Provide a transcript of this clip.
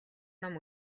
ном